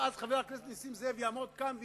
ואז חבר הכנסת נסים זאב יעמוד כאן ויצעק,